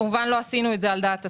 כמובן לא עשינו את זה על דעת עצמנו,